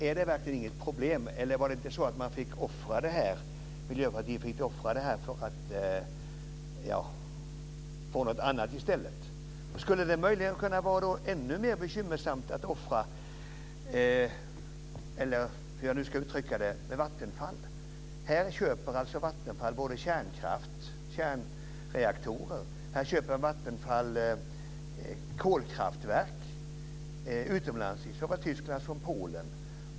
Är det verkligen inget problem? Var det inte så att Miljöpartiet fick offra detta för att få något annat i stället? Skulle det då möjligen vara ännu mer bekymmersamt att offra, eller hur jag nu ska uttrycka det, Vattenfall? Här köper alltså Vattenfall både kärnreaktorer och kolkraftverk utomlands, i såväl Tyskland som Polen.